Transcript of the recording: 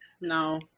No